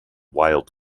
wild